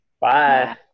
bye